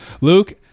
Luke